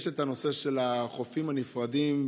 יש את הנושא של החופים הנפרדים.